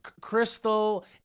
Crystal